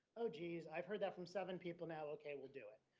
oh, geez i've heard that from seven people now. ok. we'll do it.